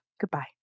Goodbye